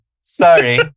Sorry